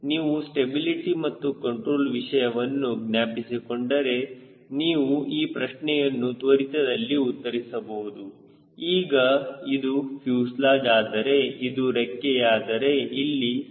ನೀವು ಸ್ಟೆಬಿಲಿಟಿ ಮತ್ತು ಕಂಟ್ರೋಲ್ ವಿಷಯವನ್ನು ಜ್ಞಾಪಿಸಿಕೊಂಡರೆನೀವು ಈ ಪ್ರಶ್ನೆಯನ್ನು ತ್ವರಿತದಲಿ ಉತ್ತರಿಸಬಹುದು ಈಗ ಇದು ಫ್ಯೂಸೆಲಾಜ್ ಆದರೆ ಇದು ರೆಕ್ಕೆಯಾದರೆ ಇಲ್ಲಿ C